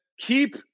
keep